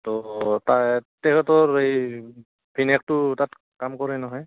তো তা তেখেতৰ এই ভিনিয়েকটো তাত কাম কৰে নহয়